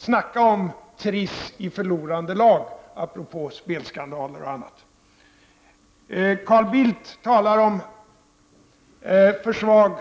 Snacka om triss i förlorande Carl Bildt säger att